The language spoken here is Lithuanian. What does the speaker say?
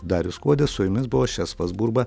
darius kuodis su jumis buvo česlovas burba